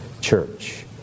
church